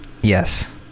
Yes